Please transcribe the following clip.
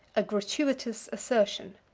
a gratuitous assertion.